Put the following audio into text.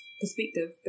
perspective